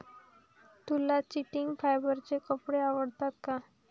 तुला चिटिन फायबरचे कपडे आवडतात का?